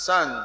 Son